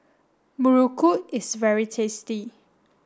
Muruku is very tasty